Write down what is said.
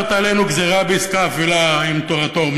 עלינו גזירה בעסקה אפלה על תורתו-אומנותו